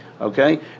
Okay